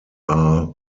are